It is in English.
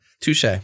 Touche